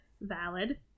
valid